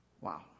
Wow